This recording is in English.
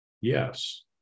Yes